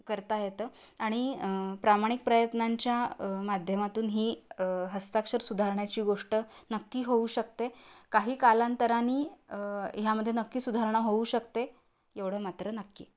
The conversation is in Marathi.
करता येतं आणि प्रामाणिक प्रयत्नांच्या माध्यमातून ही हस्ताक्षर सुधारण्याची गोष्ट नक्की होऊ शकते काही कालांतराने ह्यामध्ये नक्की सुधारणा होऊ शकते एवढं मात्र नक्की